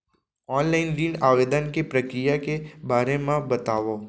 Online ऋण आवेदन के प्रक्रिया के बारे म बतावव?